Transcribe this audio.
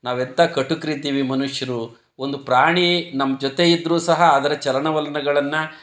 ನಾವೆಂಥ ಕಟುಕರಿದ್ದೀವಿ ಮನುಷ್ಯರು ಒಂದು ಪ್ರಾಣಿ ನಮ್ಮ ಜೊತೆ ಇದ್ದರೂ ಸಹ ಅದರ ಚಲನವಲನಗಳನ್ನು